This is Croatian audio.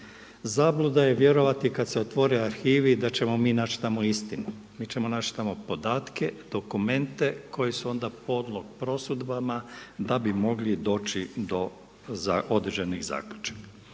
Zabluda je vjerovati kad se otvore arhivi da ćemo mi naći tamo istinu. Mi ćemo naći tamo podatke, dokumente koji su onda po prosudbama da bi mogli doći do određenih zaključaka.